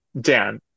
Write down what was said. Dan